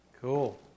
Cool